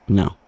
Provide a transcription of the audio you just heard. no